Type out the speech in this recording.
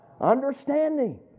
Understanding